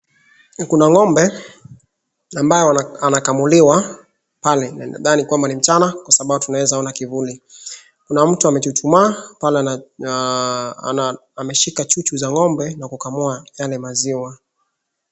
Kuna ng'ombe ambalo anakamuliwa pale na nadhani kwamba ni mchana kwa sababu tunaeza ona kivuli. Kuna mtu amechuchumaa pale ameshika chuchu za ng'ombe na kukamua yale maziwa.